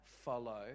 follow